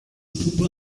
puppe